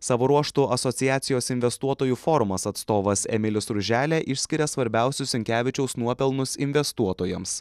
savo ruožtu asociacijos investuotojų forumas atstovas emilis ruželė išskiria svarbiausius sinkevičiaus nuopelnus investuotojams